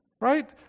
Right